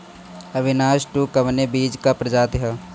अविनाश टू कवने बीज क प्रजाति ह?